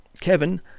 Kevin